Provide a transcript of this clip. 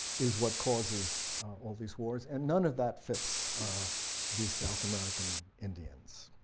is what causes all these wars and none of that fits these south american indians.